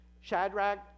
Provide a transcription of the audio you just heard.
Shadrach